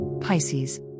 Pisces